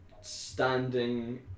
standing